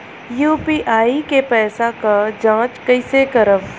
UPI के पैसा क जांच कइसे करब?